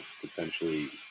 potentially